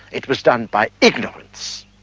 it was done by ignorance.